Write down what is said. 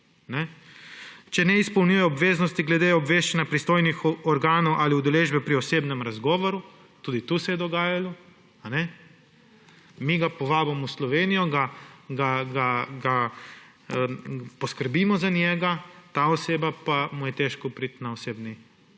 če ne izpolnjuje obveznosti glede obveščanja pristojnih organov ali udeležbe pri osebnem razgovoru. Tudi to se je dogajalo. Mi ga povabimo v Slovenijo, poskrbimo za njega, tej osebi pa je težko priti na osebni razgovor.